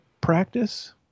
practice